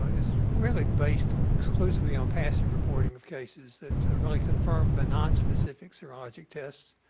is really based exclusively on passive reporting of cases that are really confirmed by nonspecific serology test.